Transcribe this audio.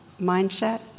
mindset